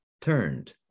turned